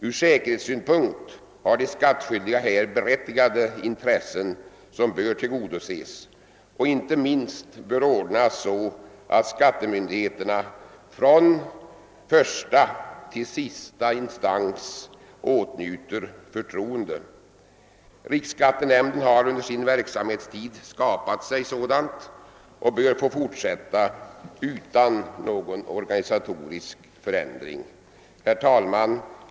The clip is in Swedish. Ur rättssäkerhetssynpunkt har de skattskyldiga här berättigade intressen som bör tillgodoses, och inte minst bör det ordnas så att skattemyndigheterna från första till sista instans åtnjuter förtroende. Riksskattenämnden har under sin verksamhetstid skapat sig sådant och bör få fortsätta utan någon organisatorisk förändring. Herr talman!